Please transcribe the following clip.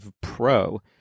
pro-